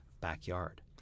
backyard